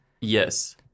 Yes